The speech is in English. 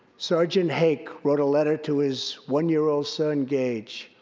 sergeant hake wrote a letter to his one year old son gage.